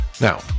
Now